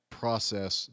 process